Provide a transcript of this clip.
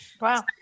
Wow